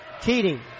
Keating